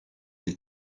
des